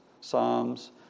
psalms